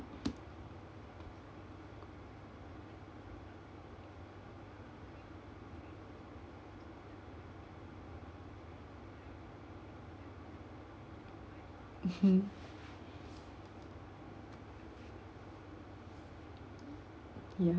mmhmm ya